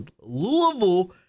Louisville